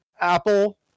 Apple